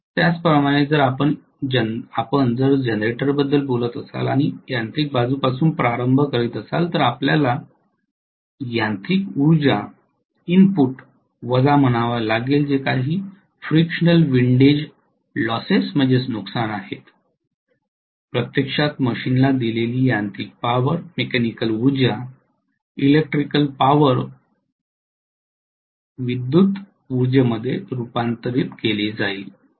त्याचप्रमाणे जर आपण जनरेटरबद्दल बोलत असाल आणि यांत्रिक बाजूपासून प्रारंभ करत असाल तर आपल्याला यांत्रिक उर्जा इनपुट वजा म्हणावे लागेल जे काही फ्रिक्शनल विंडेज नुकसान आहे प्रत्यक्षात मशीनला दिलेली यांत्रिक पॉवर इलेक्ट्रिकल पॉवरमध्ये रुपांतरित केले जाईल